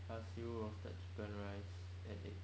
char siew roasted chicken rice add egg